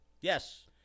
Yes